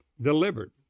delivered